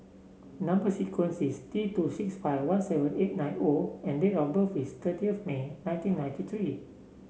number sequence is T two six five one seven eight nine O and date of birth is thirty May nineteen ninety three